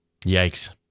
Yikes